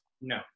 No